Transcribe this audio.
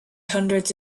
hundreds